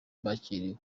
bakiriwe